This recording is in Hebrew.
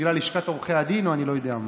בגלל לשכת עורכי הדין או אני לא יודע מה.